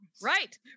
right